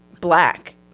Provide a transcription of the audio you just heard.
black